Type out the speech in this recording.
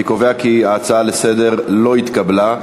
אני קובע כי ההצעה לסדר-היום לא התקבלה.